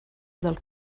del